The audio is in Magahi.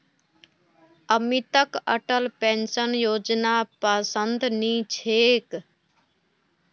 अमितक अटल पेंशन योजनापसंद नी छेक